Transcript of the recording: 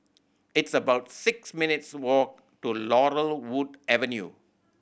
it's about six minutes' walk to Laurel Wood Avenue